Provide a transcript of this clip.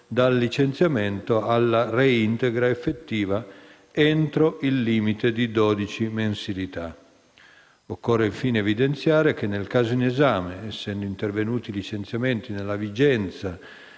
dal licenziamento alla reintegra effettiva, entro il limite di dodici mensilità. Infine, occorre evidenziare che nel caso in esame, essendo intervenuti i licenziamenti nella vigenza